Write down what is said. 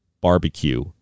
barbecue